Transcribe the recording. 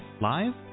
live